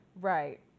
Right